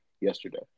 yesterday